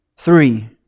Three